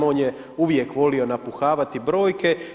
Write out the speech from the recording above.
On je uvijek volio napuhavati brojke.